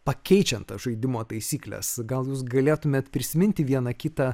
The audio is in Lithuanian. pakeičiant tas žaidimo taisykles gal jūs galėtumėt prisiminti vieną kitą